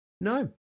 No